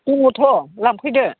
दङथ' लांफैदो